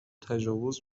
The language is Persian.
تجاوز